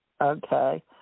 Okay